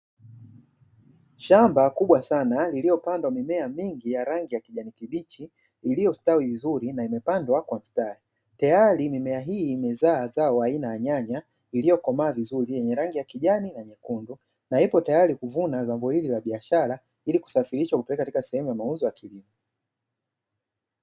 Shamba kubwa sna lililopandwa mimea mingi ya rangi ya kijani kibichi iliostawi vizuri na imepandwa kwa mistari. Tayari mimea hii imezaa mazao aina ya nyanya iliyokomaa vizuri yenye rangi ya kijani na nyekundu, na ipo tayari kuvuna zao hili la biashara ili kusafirishwa na kupelekwa katika sehumu ya mauzo ya kilimo.